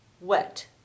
wet